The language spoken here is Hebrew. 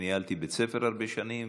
וניהלתי בית ספר הרבה שנים,